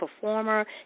Performer